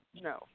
no